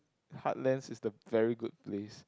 Heartlands is the very good place